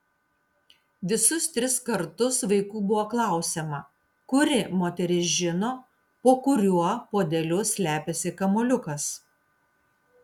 visus tris kartus vaikų buvo klausiama kuri moteris žino po kuriuo puodeliu slepiasi kamuoliukas